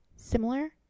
Similar